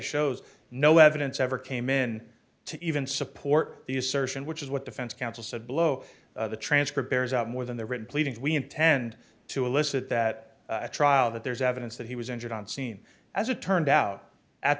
shows no evidence ever came in to even support the assertion which is what defense counsel said blow the transcript bears out more than the written pleadings we intend to elicit that a trial that there's evidence that he was injured on scene as it turned out at